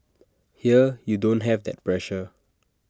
here you don't have that pressure